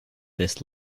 this